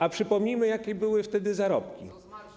A przypomnijmy, jakie były wtedy zarobki.